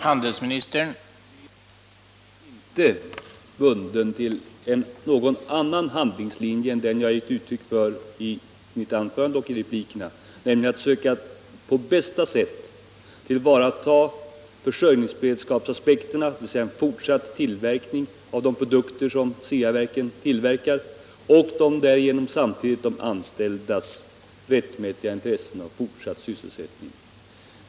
Herr talman! Regeringen är inte bunden till någon annan handlingslinje än den jag har gett uttryck för i mitt svar och i replikerna, nämligen att söka på bästa sätt tillvarata försörjningsberedskapsaspekterna, dvs. att se till att vi får fortsatt tillverkning av de produkter som Ceaverken tillverkar, och därigenom samtidigt tillvarata de anställdas rättmätiga intressen av fortsatt sysselsättning.